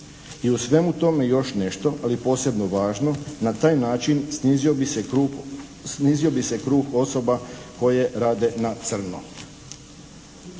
I u svemu tome još nešto, ali posebno važno. Na taj način snizio bi se krug, snizio bi se krug